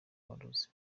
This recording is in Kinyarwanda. amarozi